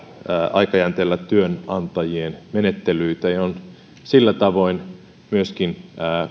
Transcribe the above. aikajänteellä työnantajien menettelyitä ja on sillä tavoin myöskin